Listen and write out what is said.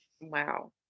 wow